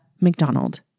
McDonald